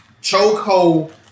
Choco